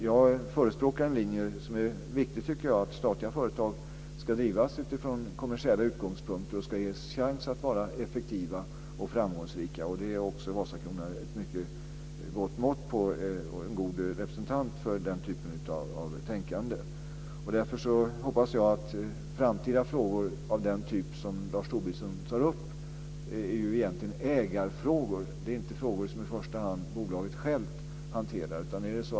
Jag förespråkar en linje som jag tycker är viktig: att statliga företag ska drivas från kommersiella utgångspunkter och att de ska ges chansen att vara effektiva och framgångsrika. Vasakronan är ett mycket gott mått på det och en god representant för den typen av tänkande. Den typ av frågor som Lars Tobisson tar upp är egentligen ägarfrågor, inte frågor som bolaget självt i första hand hanterar.